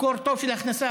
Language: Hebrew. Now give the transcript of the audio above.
מקור טוב של הכנסה.